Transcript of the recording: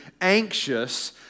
anxious